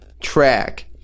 track